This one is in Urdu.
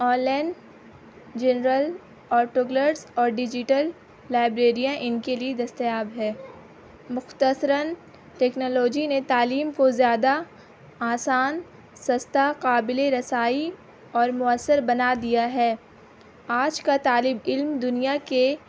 آن لائن جنرل آٹوگلرس اور ڈیجیٹل لائبریریاں ان کے لیے دستیاب ہے مختصراً ٹیکنالوجی نے تعلیم کو زیادہ آسان سستا قابل رسائی اور مؤثر بنا دیا ہے آج کا طالب علم دنیا کے